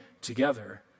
together